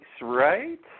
right